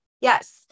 Yes